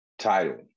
title